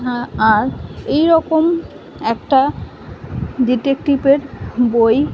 হ্যাঁ আর এই রকম একটা ডিটেকটিভের বই